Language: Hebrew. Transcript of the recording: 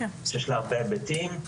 יש לה הרבה היבטים,